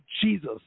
Jesus